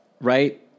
right